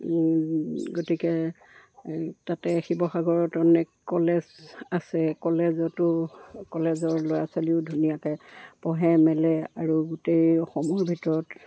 গতিকে তাতে শিৱসাগৰত অনেক কলেজ আছে কলেজতো কলেজৰ ল'ৰা ছোৱালীও ধুনীয়াকৈ পঢ়ে মেলে আৰু গোটেইসমূহৰ ভিতৰত